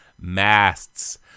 masts